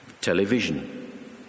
television